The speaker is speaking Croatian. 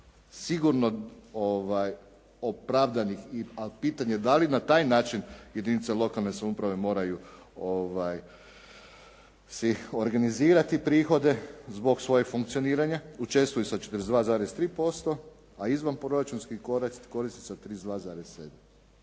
sigurno opravdanih, a pitanje da li na taj način jedinice lokalne samouprave moraju si organizirati prihode zbog svojeg funkcioniranja, učestvuju sa 42,3% a izvanproračunski korisnici sa 32,7.